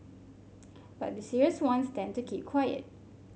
but the serious ones tend to keep quiet